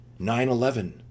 9-11